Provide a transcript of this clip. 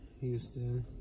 Houston